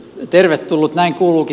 näin kuuluukin toimia